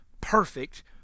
perfect